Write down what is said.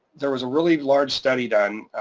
there was a really large study done,